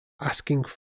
asking